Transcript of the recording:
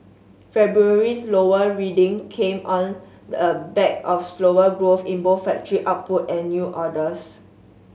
February's lower reading came on the back of slower growth in both factory output and new orders